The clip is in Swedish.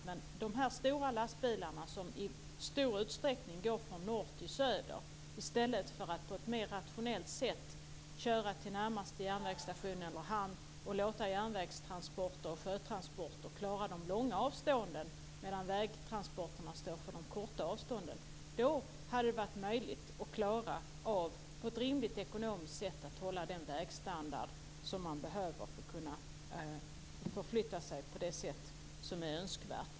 Men de här stora lastbilarna går i stor utsträckning från norr till söder, i stället för att på ett mer rationellt sätt köra till närmaste järnvägsstation eller hamn och låta järnvägstransporter och sjötransporter klara de långa avstånden, medan vägtransporterna står för de korta avstånden. Då hade det på ett rimligt ekonomiskt sätt varit möjligt att klara av att hålla den vägstandard som man behöver för att kunna förflytta sig på det sätt som är önskvärt.